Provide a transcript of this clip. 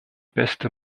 beste